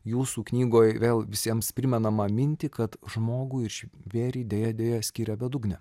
jūsų knygoj vėl visiems primenamą mintį kad žmogų ir žvėrį deja deja skiria bedugnė